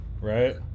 right